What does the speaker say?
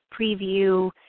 preview